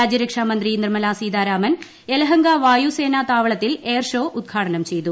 രാജ്യരക്ഷാമന്ത്രി നിർമലാ സീതാരാമൻ യെലഹങ്കാ് വായുസേനാ താവളത്തിൽ എയർ ഷോ ഉദ്ഘാടനം ചെയ്തു